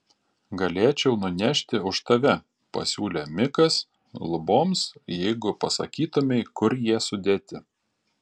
galėčiau nunešti už tave pasiūlė mikas luboms jeigu pasakytumei kur jie sudėti